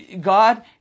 God